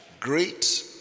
great